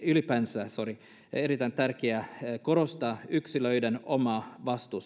ylipäänsä erittäin tärkeää korostaa yksilöiden omaa